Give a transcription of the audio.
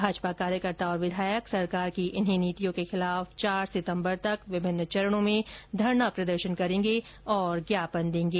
भाजपा कार्यकर्ता और विधायक सरकार के इन्हीं नीतियों के खिलाफ चार सितंबर तक विभिन्न चरणों में धरना प्रदर्शन करेंगे और ज्ञापन देंगे